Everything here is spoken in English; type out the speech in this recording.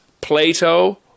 Plato